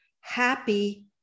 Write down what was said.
happy